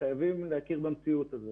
וחייבים להכיר במציאות הזאת.